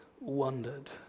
wondered